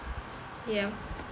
ya